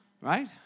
Right